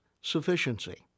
sufficiency